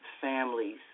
families